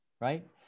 right